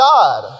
God